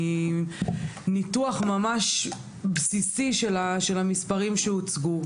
מניתוח ממש בסיסי של המספרים שהוצגו,